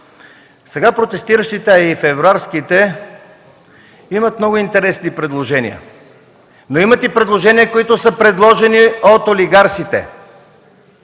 Сега протестиращите, а и февруарските имат много интересни предложения. Но имат и предложения, които са на олигарсите!